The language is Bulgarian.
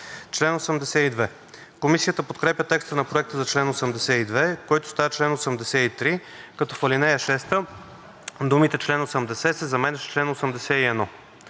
чл. 82. Комисията подкрепя текста на Проекта за чл. 82, който става чл. 83, като в ал. 6 думите „чл. 80“ се заменят с „чл. 81“.